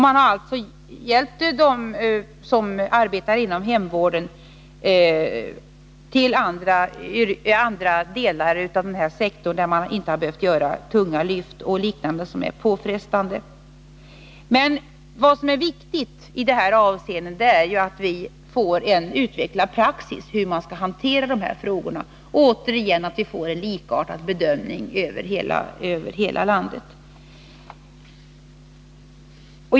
Man har alltså hjälpt dem som arbetar inom hemvården till andra delar denna sektor, där de inte har behövt göra tunga lyft och liknande som är påfrestande. Vad som är viktigt i detta avseende är att vi får en utvecklad praxis för hur jä man skall hantera de här frågorna och, åter igen, att vi får en likartad bedömning över hela landet.